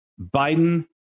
Biden